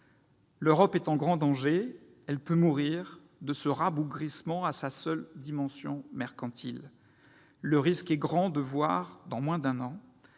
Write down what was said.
L'Europe est en grand danger. Elle peut mourir de ce rabougrissement à sa seule dimension mercantile. Le risque est grand de voir, dans moins d'un an,